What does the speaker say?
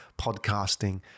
podcasting